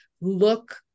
look